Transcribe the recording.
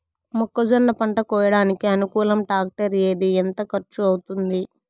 మొక్కజొన్న పంట కోయడానికి అనుకూలం టాక్టర్ ఏది? ఎంత ఖర్చు అవుతుంది?